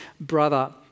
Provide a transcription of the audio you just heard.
brother